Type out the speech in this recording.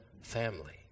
family